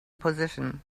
position